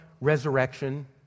resurrection